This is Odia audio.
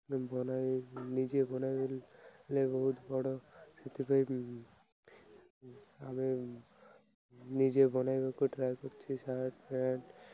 ବନାଇ ନିଜେ ବନାଇଲେ ବହୁତ ବଡ଼ ସେଥିପାଇଁ ଆମେ ନିଜେ ବନେଇବାକୁ ଟ୍ରାଏ କରୁଛି ସାର୍ଟ ପ୍ୟାଣ୍ଟ